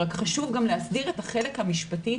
רק חשוב גם להסדיר את החלק המשפטי,